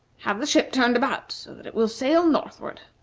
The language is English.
have the ship turned about, so that it will sail northward.